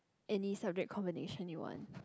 any subject combination you want